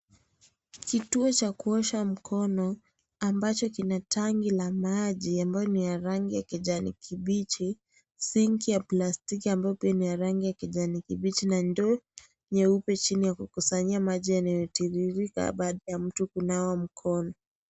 Kituo cha kuosha mkono ambacho kina tankia maji ambalo lina rangi ya kijani kibichi , sinki ya plastiki ambayo pia ni ya rangi ya kijani kibichi na ndoo nyeupe chini ya kukusanyia maji yanayotiririka baada ya mtu kunawa mkono.